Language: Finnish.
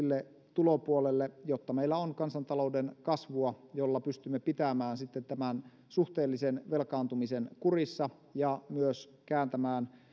tulopuolelle jotta meillä on kansantalouden kasvua jolla pystymme pitämään suhteellisen velkaantumisen kurissa ja myös kääntämään